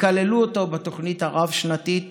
וכללו אותו בתוכנית הרב-שנתית